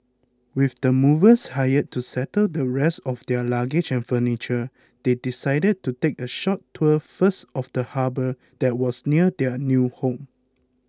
with the movers hired to settle the rest of their luggage and furniture they decided to take a short tour first of the harbour that was near their new home